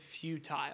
futile